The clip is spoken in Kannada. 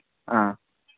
ಆಂ